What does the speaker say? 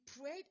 prayed